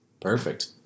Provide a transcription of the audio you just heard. Perfect